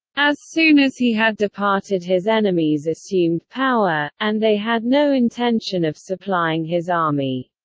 as soon as he had departed his enemies assumed power, and they had no intention of supplying his army.